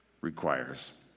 requires